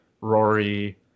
Rory –